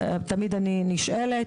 תמיד אני נשאלת.